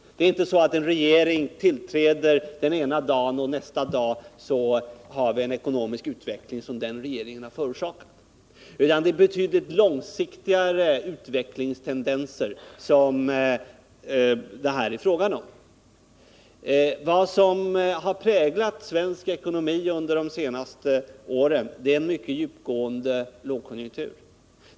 Det är inte på det sättet att en regering tillträder ena dagen, och vi nästa dag har en ekonomisk utveckling som den regeringen har förorsakat. Det är här fråga om betydligt långsiktigare utvecklingstendenser. Vad som har präglat svensk ekonomi under de senaste åren är en mycket djupgående lågkonjunktur.